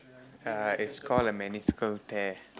ya it's called a meniscal tear